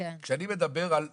כשאני מדבר על מירון,